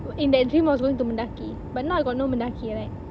in that dream I was going to Mendaki but now I got no Mendaki right